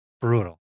brutal